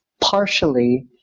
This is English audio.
partially